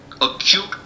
acute